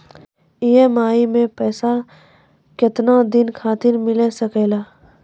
EMI मैं पैसवा केतना दिन खातिर मिल सके ला?